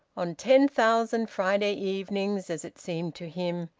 on ten thousand friday evenings, as it seemed to him,